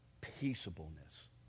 peaceableness